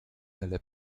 nelle